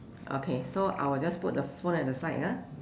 okay so I will just put the phone at the side ah